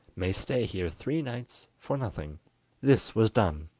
may stay here three nights for nothing this was done,